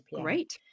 Great